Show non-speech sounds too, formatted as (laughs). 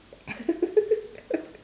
(laughs)